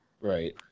Right